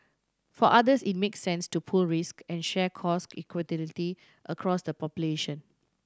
for others it makes sense to pool risk and share cost across the population